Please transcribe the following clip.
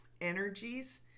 energies